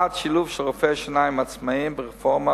בעד שילוב של רופאי השיניים העצמאים ברפורמה